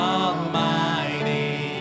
almighty